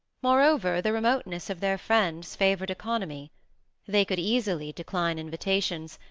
moreover, the remoteness of their friends favoured economy they could easily decline invitations,